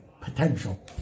potential